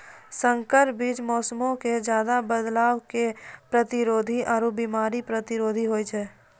संकर बीज मौसमो मे ज्यादे बदलाव के प्रतिरोधी आरु बिमारी प्रतिरोधी होय छै